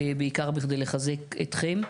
בעיקר כדי לחזק אתכם.